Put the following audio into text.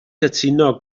cytuno